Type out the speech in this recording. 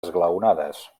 esglaonades